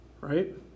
right